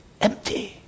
empty